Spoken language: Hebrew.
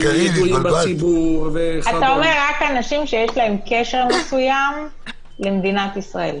רק אנשים שיש להם קשר מסוים למדינת ישראל,